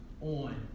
on